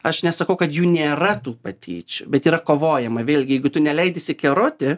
aš nesakau kad jų nėra tų patyčių bet yra kovojama vėlgi jeigu tu neleidi išsikeroti